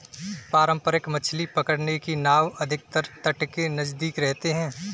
पारंपरिक मछली पकड़ने की नाव अधिकतर तट के नजदीक रहते हैं